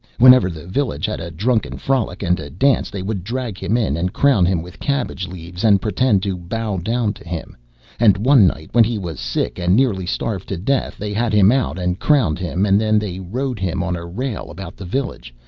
whenever the village had a drunken frolic and a dance, they would drag him in and crown him with cabbage leaves, and pretend to bow down to him and one night when he was sick and nearly starved to death, they had him out and crowned him, and then they rode him on a rail about the village,